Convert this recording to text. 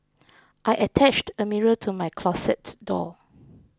I attached a mirror to my closet door